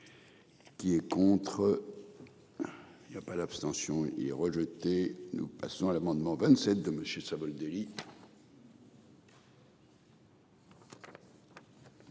Qui est contre. Il y a pas l'abstention est rejeté. Nous passons à l'amendement 27 de monsieur Savoldelli.